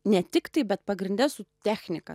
ne tiktai bet pagrinde su technika